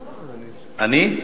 אני?